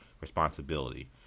responsibility